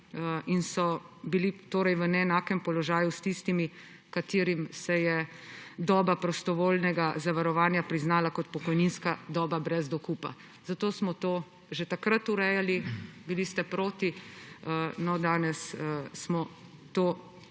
so bili torej v neenakem položaju s tistimi, ki se jim je doba prostovoljnega zavarovanja priznala kot pokojninska doba brez dokupa. Zato smo to že takrat urejali, bili ste proti. No, danes smo to